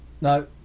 No